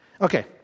Okay